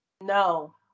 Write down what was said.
No